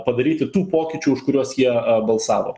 padaryti tų pokyčių už kuriuos jie balsavo